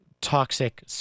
toxic